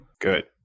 Good